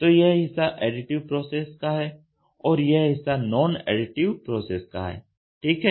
तो यह हिस्सा एडिटिव प्रॉसेस का है और यह हिस्सा नॉन एडिटिव प्रॉसेस का है ठीक है